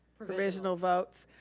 provisional votes,